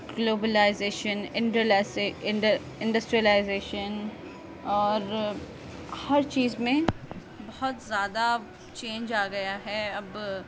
globalisation industrialisation اور ہر چیز میں بہت زیادہ چینج آ گیا ہے اب